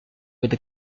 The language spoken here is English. with